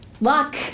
luck